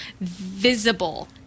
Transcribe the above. visible